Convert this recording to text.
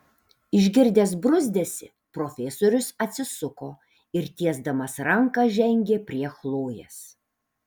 išgirdęs bruzdesį profesorius atsisuko ir tiesdamas ranką žengė prie chlojės